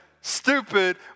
stupid